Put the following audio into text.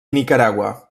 nicaragua